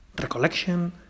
Recollection